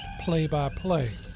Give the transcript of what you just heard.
play-by-play